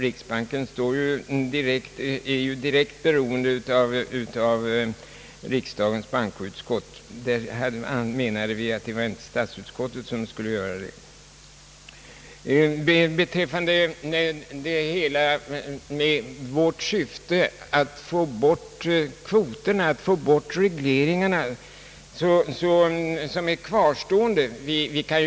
Riksbanken är ju direkt beroende av riksdagens bankoutskott, och därför menade vi att det inte var statsutskottet som skulle föreslå skrivelsen i fråga. Hela vårt syfte är att få bort kvoterna, att få bort kvarstående regleringar.